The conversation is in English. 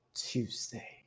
Tuesday